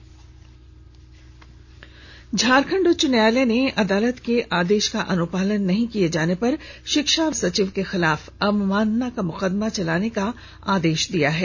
उच्च न्यायालय झारखंड उच्च न्यायालय ने अदालत के आदेश का अनुपालन नहीं किए जाने पर शिक्षा सचिव के खिलाफ अवमानना का मुकदमा चलाने का आदेश दिया है